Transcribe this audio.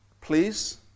Please